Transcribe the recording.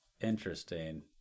Interesting